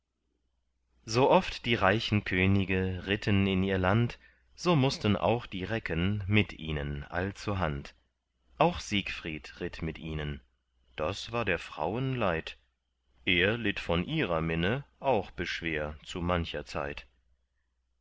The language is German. so oft die reichen könige ritten in ihr land so mußten auch die recken mit ihnen all zur hand auch siegfried ritt mit ihnen das war der frauen leid er litt von ihrer minne auch beschwer zu mancher zeit